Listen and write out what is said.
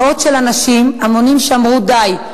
מאות של אנשים, המונים שאמרו: די.